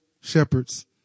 shepherds